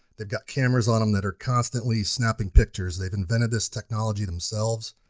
they've got cameras on em that are constantly snapping pictures. they've invented this technology themselves.